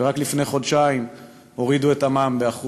ורק לפני חודשיים הורידו את המע"מ ב-1%,